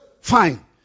Fine